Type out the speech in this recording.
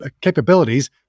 capabilities